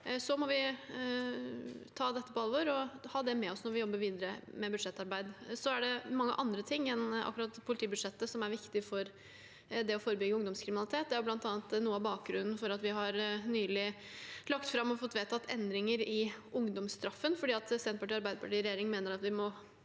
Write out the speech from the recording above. Vi må ta dette på alvor og ha det med oss når vi jobber videre med budsjettarbeid. Det er mange andre ting enn akkurat politibudsjettet som er viktig for å forebygge ungdomskriminalitet. Det er bl.a. noe av bakgrunnen for at vi nylig har lagt fram og fått vedtatt endringer i ungdomsstraffen. Senterpartiet og Arbeiderpartiet i regjering mener at vi